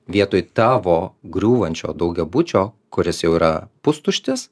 vietoj tavo griūvančio daugiabučio kuris jau yra pustuštis